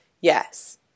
Yes